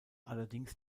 allerdings